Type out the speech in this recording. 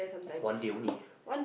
one day only